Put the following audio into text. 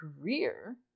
career